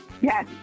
Yes